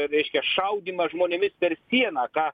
kad reiškia šaudymą žmonėmis per sieną ką